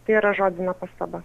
tai yra žodinė pastaba